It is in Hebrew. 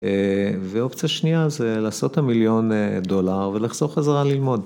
ואופציה שנייה זה לעשות המיליון דולר ולחזור חזרה ללמוד.